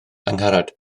angharad